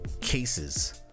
cases